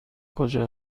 کجا